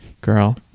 Girl